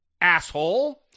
Asshole